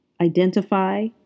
identify